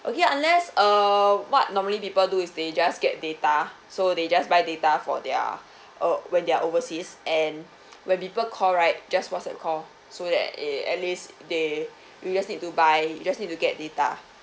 okay unless err what normally people do is they just get data so they just buy data for their uh when they're overseas and when people call right just whatsapp call so that it at least they you just need to buy you just need to get data